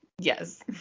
Yes